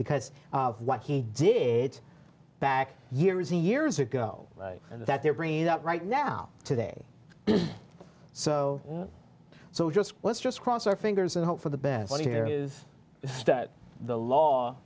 because of what he did back years and years ago and that they're bringing it up right now today so so just let's just cross our fingers and hope for the best here is that the law